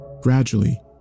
Gradually